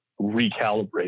recalibrate